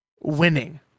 winning